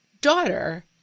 daughter